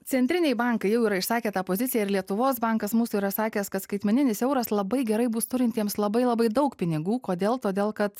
centriniai bankai jau yra išsakę tą poziciją ir lietuvos bankas mūsų yra sakęs kad skaitmeninis euras labai gerai bus turintiems labai labai daug pinigų kodėl todėl kad